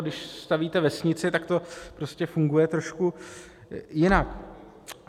Když stavíte vesnici, tak to prostě funguje trošku jinak.